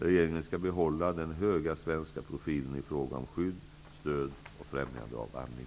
Regeringen skall behålla den höga svenska profilen i fråga om skydd, stöd och främjande av amning.